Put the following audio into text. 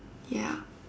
ya